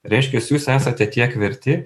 reiškias jūs esate tiek verti